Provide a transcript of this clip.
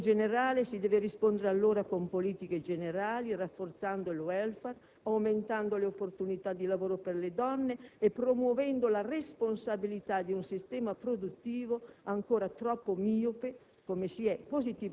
Ad una questione generale si deve rispondere allora con politiche generali rafforzando il *welfare*, aumentando le opportunità di lavoro per le donne e promuovendo la responsabilità di un sistema produttivo ancora troppo miope,